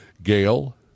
Gail